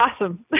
awesome